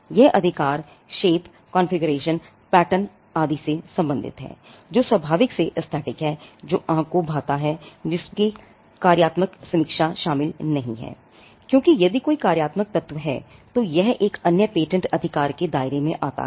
यह अधिकार shape configuration pattern आदि से संबंधित है जो स्वभाव से एस्थेटिक है जो आंख को भाता है जिसमें कार्यात्मक सीमा शामिल नहीं है क्योंकि यदि कोई कार्यात्मक तत्व है तो यह एक अन्य पेटेंट अधिकार के दायरे में आता है